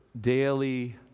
daily